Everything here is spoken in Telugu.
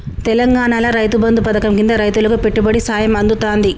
తెలంగాణాల రైతు బంధు పథకం కింద రైతులకు పెట్టుబడి సాయం అందుతాంది